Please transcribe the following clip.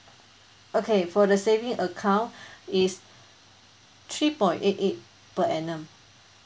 okay for the saving account is three point eight eight per annum